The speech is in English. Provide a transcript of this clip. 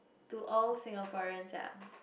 to all Singaporean ya